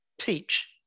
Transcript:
teach